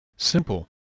Simple